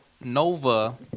Nova